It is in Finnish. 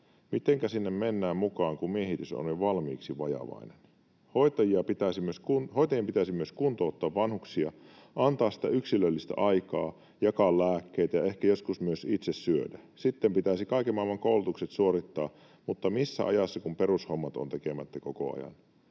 Mitenkä sinne mennään mukaan, kun miehitys on jo valmiiksi vajavainen? Hoitajien pitäisi myös kuntouttaa vanhuksia, antaa sitä yksilöllistä aikaa, jakaa lääkkeitä ja ehkä joskus myös itse syödä. Sitten pitäisi kaiken maailman koulutukset suorittaa, mutta missä ajassa, kun perushommat ovat tekemättä koko ajan?